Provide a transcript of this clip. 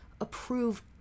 approve